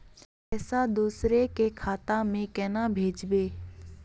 पैसा दूसरे के खाता में केना भेजबे?